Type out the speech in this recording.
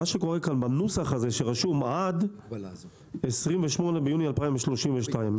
בנוסח הזה שרשום עד 28 ביוני 2032,